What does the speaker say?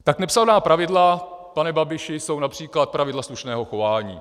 Tak nepsaná pravidla, pane Babiši, jsou například pravidla slušného chování.